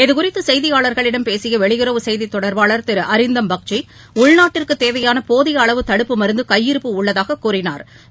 இதுகுறித்து செய்தியாளர்களிடம் பேசிய வெளியுறவு செய்தித் தொடர்பாளர் திரு அரிந்தம் பக்ஷி உள்நாட்டிற்கு தேவையான போதிய அளவு தடுப்பு மருந்து கையிருப்பு உள்ளதாக கூறினாா்